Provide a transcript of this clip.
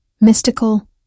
Mystical